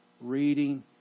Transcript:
reading